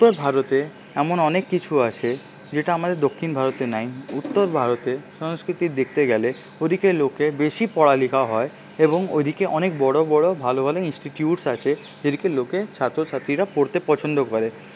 উত্তর ভারতে এমন অনেক কিছু আছে যেটা আমাদের দক্ষিণ ভারতে নাই উত্তর ভারতে সংস্কৃতি দেখতে গেলে ওদিকে লোকে বেশি পড়ালেখা হয় এবং ওইদিকে অনেক বড়ো বড়ো ভালো ভালো ইনস্টিটিউটস আছে এইদিকে লোকে ছাত্র ছাত্রীরা পড়তে পছন্দ করে